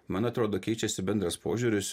man atrodo keičiasi bendras požiūris